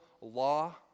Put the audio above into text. law